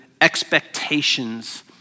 expectations